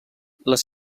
les